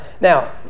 now